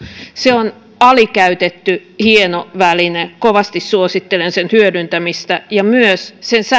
se on alikäytetty hieno väline ja kovasti suosittelen sen hyödyntämistä ja myös sen